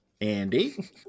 Andy